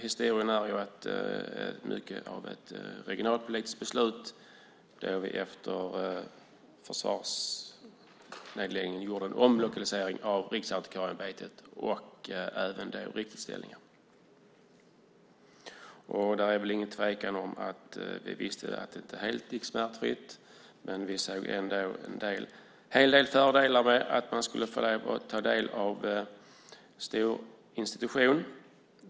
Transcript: Historien är mycket av ett regionalpolitiskt beslut då vi efter försvarsnedläggningen gjorde en omlokalisering av Riksantikvarieämbetet och även Riksutställningar. Det råder ingen tvekan om att vi visste att det inte gick helt smärtfritt, men vi såg ändå en hel del fördelar med att man skulle få ta del av en stor institution.